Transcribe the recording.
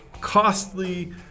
costly